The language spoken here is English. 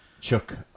Chuck